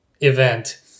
event